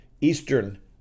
Eastern